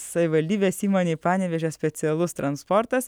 savivaldybės įmonei panevėžio specialus transportas